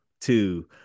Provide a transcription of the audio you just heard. Two